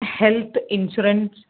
health insurance